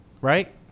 Right